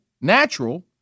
natural